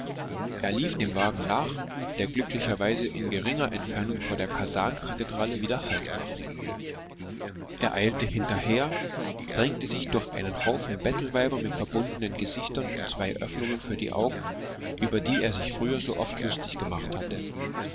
er lief dem wagen nach der glücklicherweise in geringer entfernung vor der kasankathedrale wieder haltmachte er eilte hinterher drängte sich durch einen haufen bettelweiber mit verbundenen gesichtern und zwei öffnungen für die augen über die er sich früher so oft lustig gemacht hatte